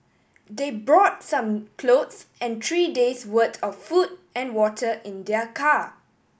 they brought some clothes and three days' worth of food and water in their car